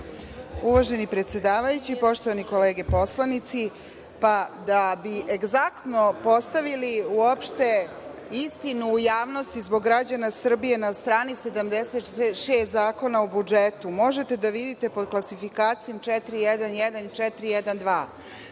Uvaženi predsedavajući, poštovane kolege poslanici, da bi egzaktno postavili uopšte istinu u javnosti, zbog građana Srbije, na strani 76 Zakona o budžetu možete da vidite pod klasifikacijom 411 i 412